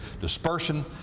dispersion